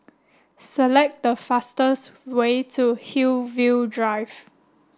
select the fastest way to Hillview Drive